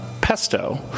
Pesto